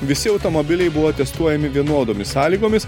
visi automobiliai buvo testuojami vienodomis sąlygomis